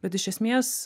bet iš esmės